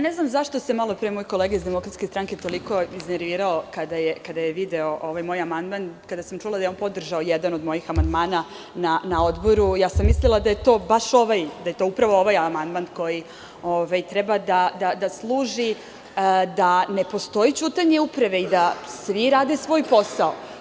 Ne znam zašto se malo pre moj kolega iz DS toliko iznervirao kada je video ovaj moj amandman i kada sam čula da je on podržao jedan od mojih amandmana na odboru, ja sam mislila da je to upravo ovaj amandman koji treba da služi da ne postoji ćutanje uprave i da svi rade svoj posao.